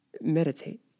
Meditate